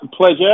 Pleasure